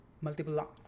multiple